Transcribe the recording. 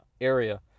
area